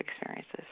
experiences